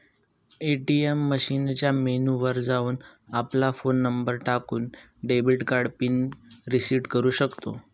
ATM मशीनच्या menu वर जाऊन, आपला फोन नंबर टाकून, डेबिट कार्ड पिन रिसेट करू शकतो